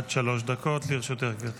בבקשה, עד שלוש דקות לרשותך, גברתי.